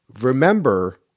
Remember